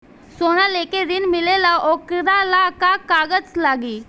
सोना लेके ऋण मिलेला वोकरा ला का कागज लागी?